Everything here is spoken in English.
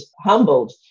humbled